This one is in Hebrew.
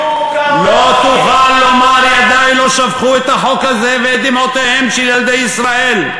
לא תוכל לומר: ידי לא שפכו את החוק הזה ואת דמעותיהם של ילדי ישראל.